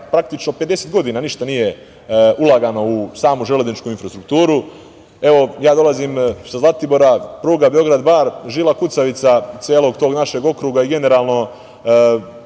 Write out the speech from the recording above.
praktično 50 godina ništa nije ulagano u samu železničku infrastrukturu. Ja dolazim sa Zlatibora, pruga Beograd-Bar, žila kucavica celog tog našeg okruga i generalno